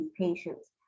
patients